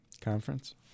conference